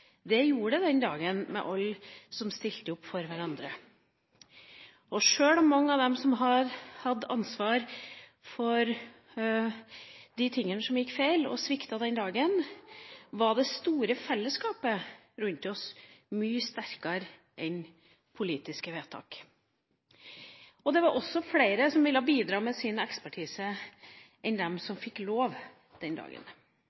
Det gjorde det den dagen, med alle som stilte opp for hverandre. Sjøl om mange av dem som har hatt ansvar for de tingene som gikk feil den dagen, sviktet, var det store fellesskapet rundt oss mye sterkere enn politiske vedtak. Det var også flere som ville bidra med sin ekspertise, enn dem som fikk lov den dagen.